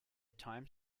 time